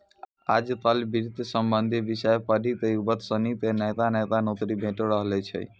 आय काइल वित्त संबंधी विषय पढ़ी क युवक सनी क नयका नयका नौकरी भेटी रहलो छै